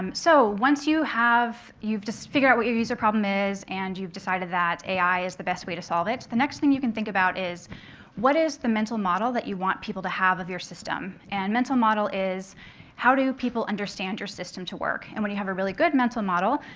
um so once you have you've just figured out what your user problem is, and you've decided that ai is the best way to solve it, the next thing you can think about is what is the mental model that you want people to have of your system? and mental model is how do people understand your system to work? and when you have a really good mental model,